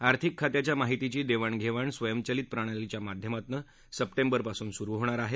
आर्थिक खात्याच्या माहितीची देवाण घेवाण स्वयंचलित प्रणालीच्या माध्यमातनं सप्टेंबरपासून सुरु होणार आहे